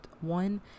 one